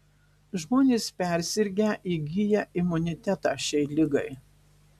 žmonės persirgę įgyja imunitetą šiai ligai